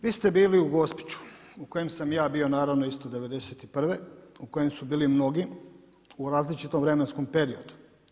Vi ste bili u Gospiću u kojem sam i ja bio naravno isto '91. u kojem su bili mnogi u različitom vremenskom periodu.